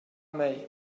mei